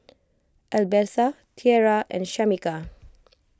Albertha Tierra and Shamika